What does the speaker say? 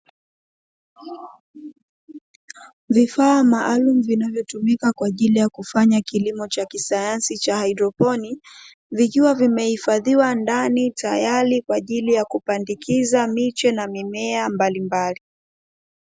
Vifaa maalumu vinavyotumika kwa ajili ya kufanya kilimo cha kisayansi cha haidroponi, vikiwa vimehifadhiwa ndani tayari kwa ajili ya kupandikiza miche na mimea mbalimbali.